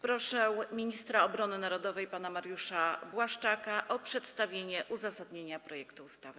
Proszę ministra obrony narodowej pana Mariusz Błaszczaka o przedstawienie uzasadnienia projektu ustawy.